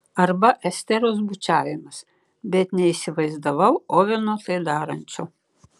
arba esteros bučiavimas bet neįsivaizdavau oveno tai darančio